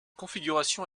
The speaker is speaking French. configuration